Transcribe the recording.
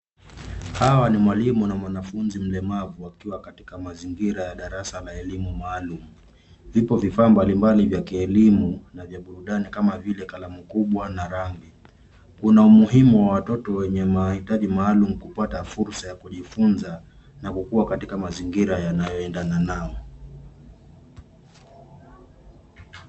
Hawa ni mwalimu na mwanafunzi mlemavu wakiwa katika mazingira ya darasa na elimu maalum. Vipo vifaa mbalimbali vya kielimu na vya burudani kama vile kalamu kubwa na rangi. Kuna umuhimu wa watoto wenye mahitaji maalum kupata fursa ya kujifunza na kukuwa katika mazingira yanayoendana nao.